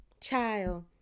child